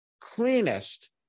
cleanest